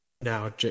Now